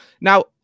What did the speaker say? now